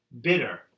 Bitter